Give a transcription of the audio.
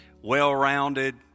well-rounded